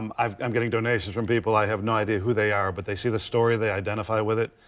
um i'm i'm getting donations from people i have no idea who they are, but they see the story, they identify with it.